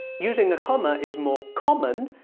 using a comma is more common,